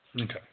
okay